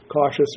cautious